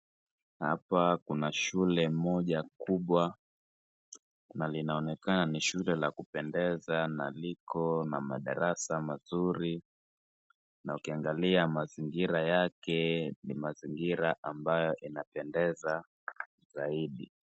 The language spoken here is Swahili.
Hapa kuna shule moja kubwa kuna linaonekana ni shule la kupendeza na liko na madarasa mazuri na ukiangalia mazingira yake ni mazingira ambayo inapendeza zaidi.